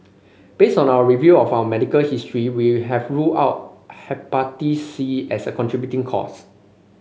based on our review of our medical history we have ruled out Hepatitis C as a contributing cause